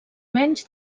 menys